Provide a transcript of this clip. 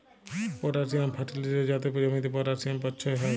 potassium ফার্টিলিসের যাতে জমিতে পটাসিয়াম পচ্ছয় হ্যয়